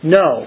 no